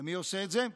ומי עושה את זה?